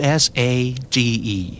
Usage